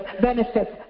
benefits